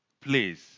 please